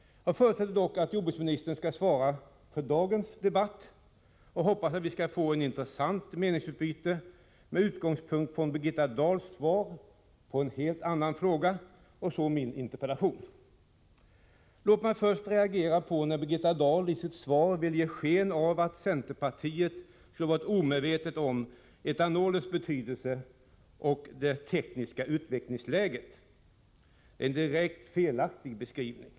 Jag förutsätter dock att jordbruksministern skall svara för dagens debatt och hoppas att vi skall få ett intressant meningsutbyte med utgångspunkt i Birgitta Dahls svar på en helt annan fråga och min interpellation. Låt mig först reagera på att Birgitta Dahl i sitt svar ville ge sken av att centerpartiet skulle ha varit omedvetet om etanolens betydelse och det tekniska utvecklingsläget. Det är en direkt felaktig beskrivning.